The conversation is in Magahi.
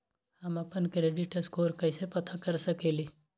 हम अपन क्रेडिट स्कोर कैसे पता कर सकेली?